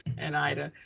and ida.